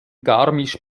garmisch